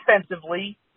defensively